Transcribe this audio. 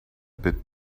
bit